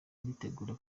aritegura